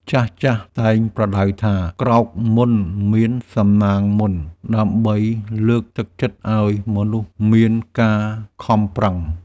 ចាស់ៗតែងប្រដៅថា "ក្រោកមុនមានសំណាងមុន" ដើម្បីលើកទឹកចិត្តឱ្យមនុស្សមានការខំប្រឹង។